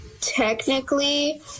technically